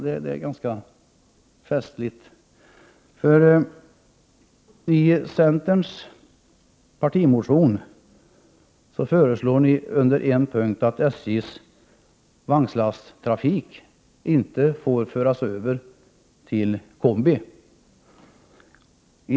Detta är ganska festligt. I centerns partimotion föreslås under en punkt att SJ:s vagnslasttrafik inte får föras över till combi.